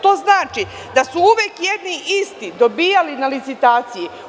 To znači da su uvek jedni isti dobijali na licitaciji.